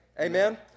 Amen